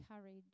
Courage